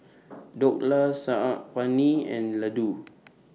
Dhokla Saag Paneer and Ladoo